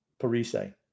Parise